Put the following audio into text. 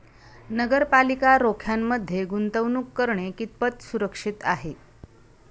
नगरपालिका रोख्यांमध्ये गुंतवणूक करणे कितपत सुरक्षित आहे?